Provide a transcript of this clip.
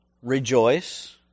Rejoice